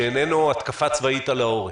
שאיננו התקפה צבאית על העורף?